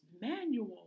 manual